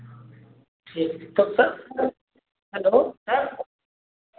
ठीक कब sir hello sir